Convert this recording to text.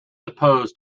opposed